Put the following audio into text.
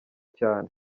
cyane